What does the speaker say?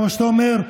כמו שאתה אומר,